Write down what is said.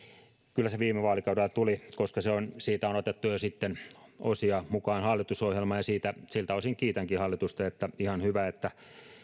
kyllä se viime vaalikaudella tuli koska siitä on otettu jo sitten osia mukaan hallitusohjelmaan ja siltä osin kiitänkin hallitusta ihan hyvä että